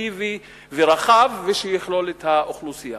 מסיבי ורחב שיכלול את האוכלוסייה.